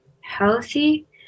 healthy